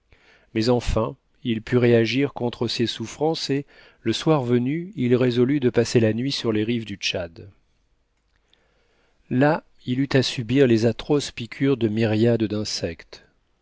mais enfin il put réagir contre ses souffrances et le soir venu il résolut de passer la nuit sur les rives du tchad là il eut à subir les atroces piqûres de myriades d'insectes